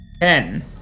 Ten